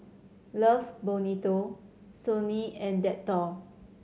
Love Bonito Sony and Dettol